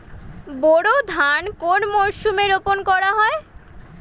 বোরো ধান কোন মরশুমে রোপণ করা হয়?